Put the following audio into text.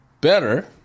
better